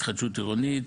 התחדשות עירונית,